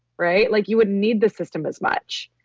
right? like you would need the system as much.